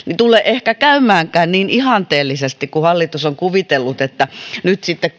tule käymäänkään niin ihanteellisesti kuin hallitus on kuvitellut että nyt sitten